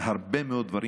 הרבה מאוד דברים